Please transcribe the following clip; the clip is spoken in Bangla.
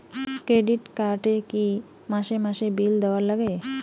ক্রেডিট কার্ড এ কি মাসে মাসে বিল দেওয়ার লাগে?